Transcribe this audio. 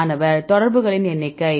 மாணவர் தொடர்புகளின் எண்ணிக்கை